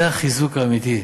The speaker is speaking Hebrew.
זה החיזוק האמיתי.